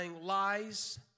lies